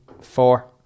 four